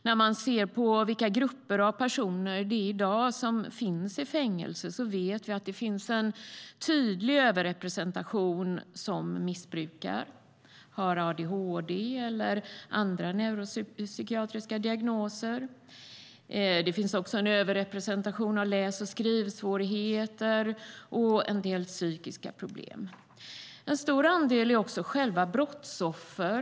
När man ser på vilka grupper av personer som i dag finns i fängelse vet vi att det finns en tydlig överrepresentation av personer som missbrukar eller har adhd eller andra neuropsykiatriska diagnoser. Det finns också en överrepresentation av personer med läs och skrivsvårigheter och en del psykiska problem. En stor andel är också själva brottsoffer.